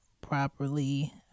properly